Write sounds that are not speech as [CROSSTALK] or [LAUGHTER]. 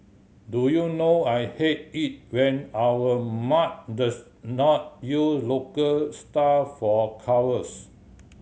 do you know I hate it when our mag the [UNINTELLIGIBLE] not [UNINTELLIGIBLE] local star for covers